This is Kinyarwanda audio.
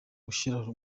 gushyira